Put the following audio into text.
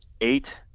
eight